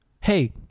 hey